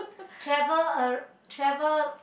travel a travel